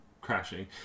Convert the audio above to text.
crashing